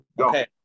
Okay